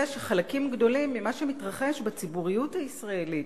שחלקים גדולים ממה שמתרחש בציבוריות הישראלית,